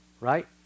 right